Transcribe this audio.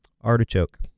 Artichoke